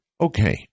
okay